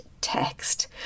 text